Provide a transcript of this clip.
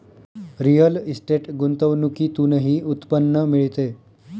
real estate गुंतवणुकीतूनही उत्पन्न मिळते